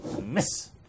Miss